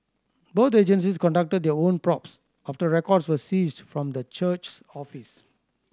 both agencies conducted their own probes after records were seized from the church's office